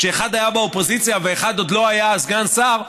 כשאחד היה באופוזיציה ואחד עוד לא היה סגן שר,